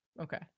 Okay